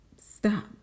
Stop